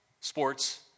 sports